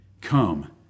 Come